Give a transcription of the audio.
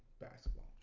basketball